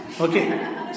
Okay